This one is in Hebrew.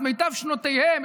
את מיטב שנותיהם,